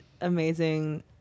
amazing